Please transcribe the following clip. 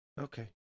Okay